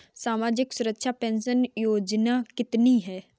सामाजिक सुरक्षा पेंशन योजना कितनी हैं?